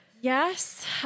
Yes